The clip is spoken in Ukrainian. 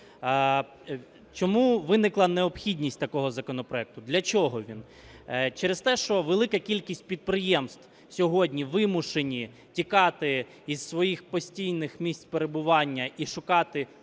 Чому виникла необхідність такого законопроекту? Для чого він? Через те, що велика кількість підприємств сьогодні вимушені тікати із своїх постійних місць перебування і шукати